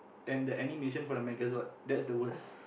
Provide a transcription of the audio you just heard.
then the animation for the Megazord that's the worst